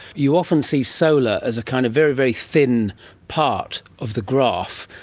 you often see solar as a kind of very, very thin part of the graph,